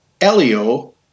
Elio